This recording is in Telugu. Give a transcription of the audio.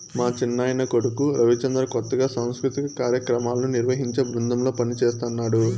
మా చిన్నాయన కొడుకు రవిచంద్ర కొత్తగా సాంస్కృతిక కార్యాక్రమాలను నిర్వహించే బృందంలో పనిజేస్తన్నడు